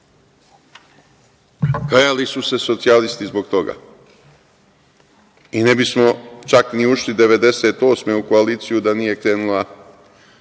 ništa. Kajali su se socijalisti zbog toga i ne bismo čak ni ušli 1998. u koaliciju da nije krenula